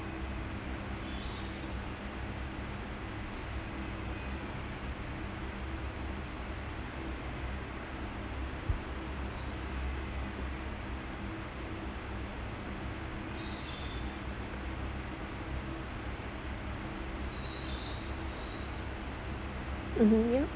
mmhmm yup